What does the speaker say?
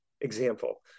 example